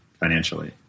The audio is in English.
Financially